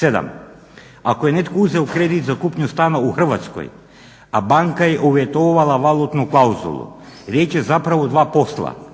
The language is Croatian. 7.ako je netko uzeo kredit za kupnju stana u Hrvatskoj a banka je uvjetovala valutnu klauzulu riječ je zapravo o dva posla.